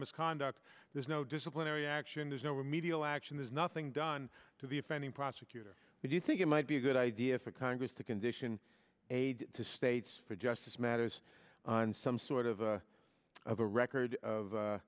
misconduct there's no disciplinary action there's no remedial action there's nothing done to the offending prosecutor but you think it might be a good idea for congress to condition aid to states for justice matters on some sort of a of a record of